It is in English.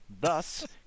thus